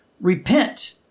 Repent